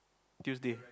Tuesday